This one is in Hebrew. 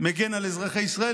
מגן על אזרחי ישראל,